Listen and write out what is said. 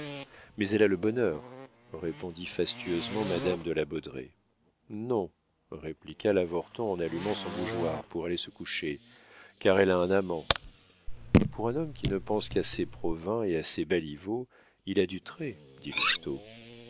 mais elle a le bonheur répondit fastueusement madame de la baudraye non répliqua l'avorton en allumant son bougeoir pour aller se coucher car elle a un amant pour un homme qui ne pense qu'à ses provins et à ses baliveaux il a du trait dit